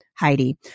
Heidi